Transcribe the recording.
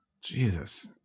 Jesus